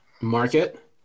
market